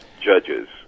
judges